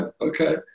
Okay